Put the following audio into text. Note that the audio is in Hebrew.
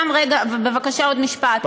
בבקשה, עוד משפט.